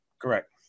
Correct